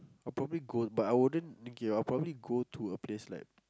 or probably go but I wouldn't okay I'll probably go to a place like